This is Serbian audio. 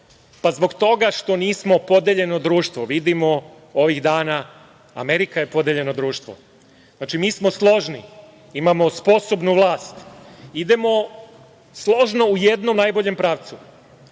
Zbog toga što nismo podeljeno društvo, vidimo ovih dana Amerika je podeljeno društvo. Znači, mi smo složni, imamo sposobnu vlast, idemo složno u jednom najboljem pravcu.U